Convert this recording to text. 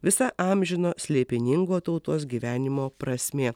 visa amžino slėpiningo tautos gyvenimo prasmė